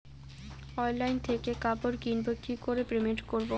Online থেকে কাপড় কিনবো কি করে পেমেন্ট করবো?